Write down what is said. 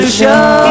show